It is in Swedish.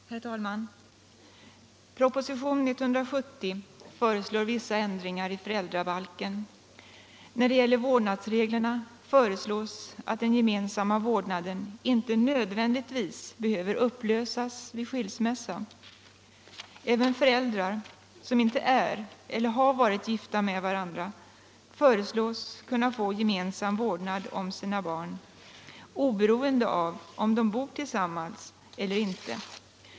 Herr talman! I propositionen 170 föreslås vissa ändringar i föräldrabalken. När det gäller vårdnadsreglerna föreslås att den gemensamma vårdnaden inte nödvändigtvis behöver upplösas vid skilsmässa. Även föräldrar, som inte är eller inte har varit gifta med varandra föreslås kunna få gemensam vårdnad om sina barn, oberoende av om de bor tillsammans eller ej.